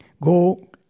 go